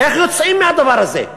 איך יוצאים מהדבר הזה?